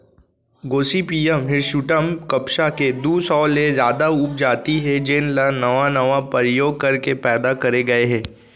Gossypium hirsutum कपसा के दू सौ ले जादा उपजाति हे जेन ल नावा नावा परयोग करके पैदा करे गए हे